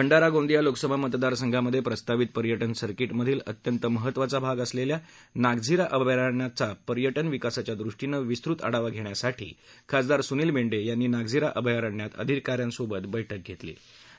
भंडारा गोंदिया लोकसभा मतदारसंघामध्ये प्रस्तावित पर्यटन सर्किट मधील अत्यंत महत्त्वाचा भाग असणाऱ्या नागझिरा अभयारण्याचा पर्यटन विकासाच्या दृष्टीने विस्तृत आढावा घेण्यासाठी खासदार सुनील मेंढे ह्यांनी नागझिरा अभयारण्यात अधिकाऱ्यांसोबत बैठक घेतली